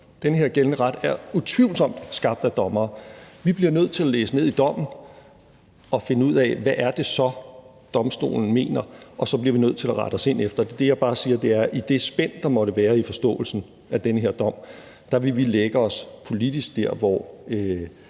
Den her gældende ret er utvivlsomt skabt af dommere. Vi bliver nødt til at dykke ned i dommen og finde ud af, hvad det så er, Domstolen mener, og så bliver vi nødt til at rette os ind efter det. Det, jeg bare siger, er, at i det spænd, der måtte være i forståelsen af den her dom, vil vi lægge os politisk der, hvor